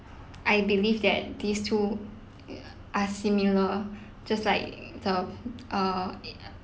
I believe that these two are similar just like um err